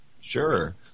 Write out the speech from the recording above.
Sure